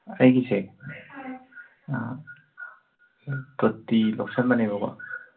ꯑꯩꯒꯤꯁꯦ ꯑꯥ ꯇꯣꯇꯤ ꯂꯧꯁꯤꯟꯕꯅꯦꯕꯀꯣ